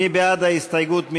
מי בעד ההסתייגות?